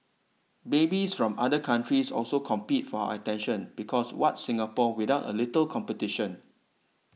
babies from other countries also compete for our attention because what's Singapore without a little competition